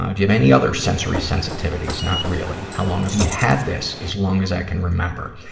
and you have any other sensory sensitivities? not really. how long have you had this? as long as i can remember.